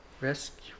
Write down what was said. Rescue